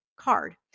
card